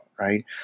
right